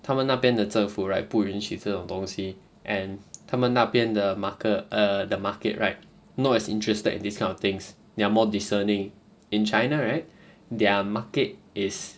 他们那边的政府 right 不允许这种东西 and 他们那边的 market err the market right not as interested in these kind of things they're more discerning in china right their market is